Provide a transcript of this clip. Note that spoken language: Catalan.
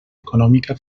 econòmica